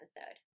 episode